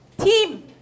Team